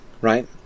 right